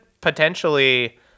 potentially